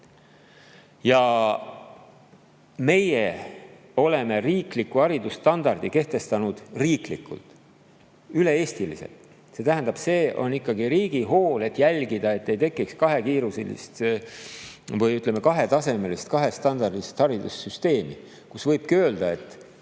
Me oleme riikliku haridusstandardi kehtestanud üle-eestiliselt. See tähendab, et on ikkagi riigi hool jälgida, et ei tekiks kahekiiruselist või, ütleme, kahetasemelist, kahestandardilist haridussüsteemi, mille korral võibki öelda, et